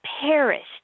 perished